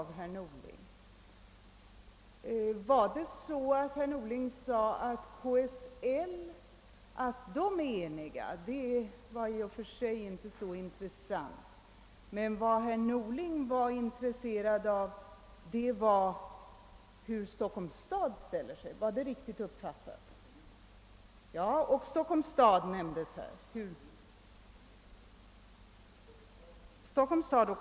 Var det så att herr Norling sade att den omständigheten att KSL är enigt är i och för sig inte så intressant, utan vad herr Norling är intresserad av är hur Stockholms stad ställer sig. Är det riktigt uppfattat?